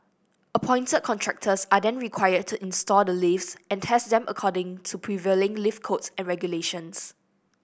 appointed contractors are then required to install the lifts and test them according to prevailing lift codes and regulations